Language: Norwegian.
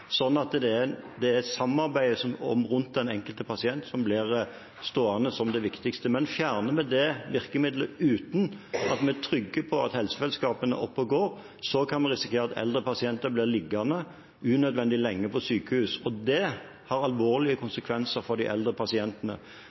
sånn at det er samarbeidet rundt den enkelte pasient som blir stående som det viktigste. Fjerner vi det virkemiddelet uten at vi er trygge på at helsefellesskapene er oppe og går, kan vi risikere at eldre pasienter blir liggende unødvendig lenge på sykehus, og det har alvorlige konsekvenser for dem. Når eldre